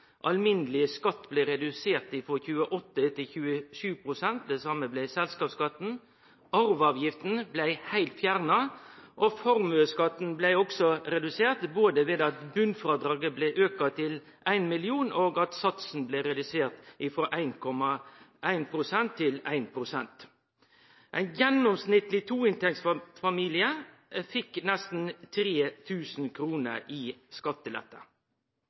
Alminneleg skatt blei redusert frå 28 til 27 pst., det same blei selskapsskatten. Arveavgifta blei fjerna heilt, og formuesskatten blei også redusert både ved at botnfrådraget blei auka til ein million, og ved at satsen blei redusert frå 1,1 pst. til 1 pst. Ein gjennomsnittleg toinntektsfamilie fekk nesten 3 000 kr i skattelette.